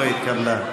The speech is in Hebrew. לא התקבלה.